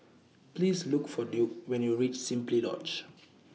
Please Look For Duke when YOU REACH Simply Lodge